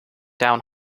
down